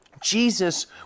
Jesus